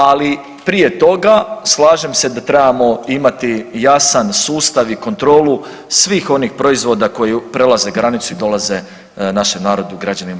Ali prije toga slažem se da trebamo imati jasan sustav i kontrolu svih onih proizvoda koji prelaze granicu i dolaze na našem narodu, građanima